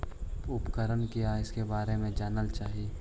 उपकरण क्या है इसके बारे मे जानल चाहेली?